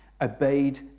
obeyed